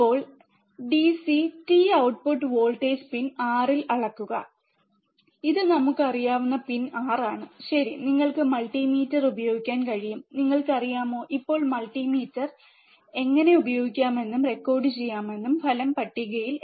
ഇപ്പോൾ DC t output voltage pin 6 ൽ അളക്കുക ഇത് നമുക്ക് അറിയാവുന്ന പിൻ 6 ആണ് ശരി നിങ്ങൾക്ക് മൾട്ടിമീറ്റർ ഉപയോഗിക്കാൻ കഴിയും നിങ്ങൾക്കറിയാമോ ഇപ്പോൾ മൾട്ടിമീറ്റർ എങ്ങനെ ഉപയോഗിക്കാമെന്നും റെക്കോർഡുചെയ്യാമെന്നും ഫലം പട്ടികയിൽ